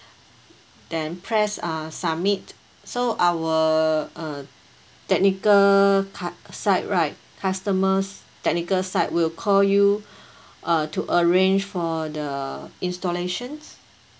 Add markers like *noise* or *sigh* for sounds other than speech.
then press uh submit so our uh technical ca~ site right customers technical site will call you *breath* uh to arrange for the installations